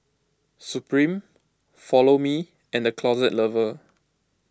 Supreme Follow Me and the Closet Lover